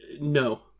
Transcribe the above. no